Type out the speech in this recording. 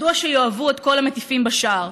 מדוע שיאהבו את כל המטיפים בשער?